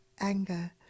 anger